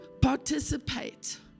participate